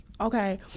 Okay